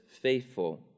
faithful